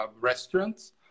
restaurants